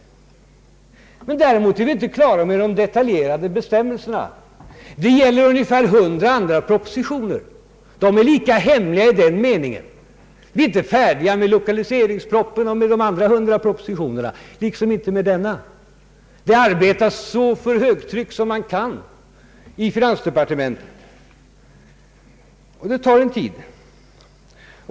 Men däremot är vi inte klara med de detaljerade bestämmelserna. Detsamma gäller ungefär 100 andra propositioner, och de är lika hemliga i den meningen. Vi är inte färdiga med lokaliseringspropositionen eller de andra 100 propositionerna, liksom inte med denna. Det arbetas för högtryck i finansdepartementet, och det tar en tid.